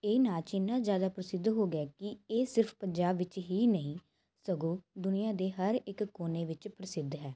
ਇਹ ਨਾਚ ਇੰਨਾਂ ਜ਼ਿਆਦਾ ਪ੍ਰਸਿੱਧ ਹੋ ਗਿਆ ਕਿ ਇਹ ਸਿਰਫ ਪੰਜਾਬ ਵਿੱਚ ਹੀ ਨਹੀਂ ਸਗੋਂ ਦੁਨੀਆਂ ਦੇ ਹਰ ਇੱਕ ਕੋਨੇ ਵਿੱਚ ਪ੍ਰਸਿੱਧ ਹੈ